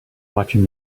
watching